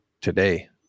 today